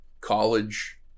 college